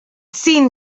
seen